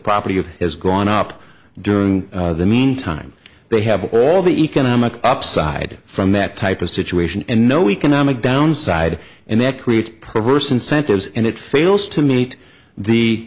property of has gone up during the mean time they have all the economic upside from that type of situation and no economic downside and that creates perverse incentives and it fails to meet the